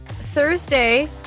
Thursday